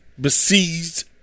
besieged